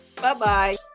Bye-bye